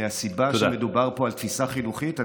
מהסיבה שמדובר פה על תפיסה חינוכית.